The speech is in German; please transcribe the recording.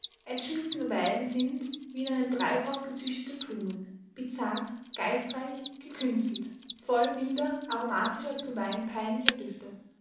novellen sind wie in einem treibhaus gezüchtete blumen bizarr geistreich gekünstelt voll wilder aromatischer zuweilen peinlicher düfte